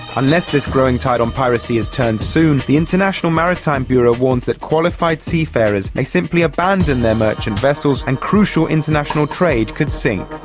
unless this growing tide on piracy is turned soon, the international maritime bureau warns that qualified seafarers may simply abandon their merchant vessels and crucial international trade could sink.